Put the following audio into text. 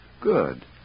Good